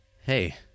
Hey